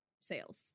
sales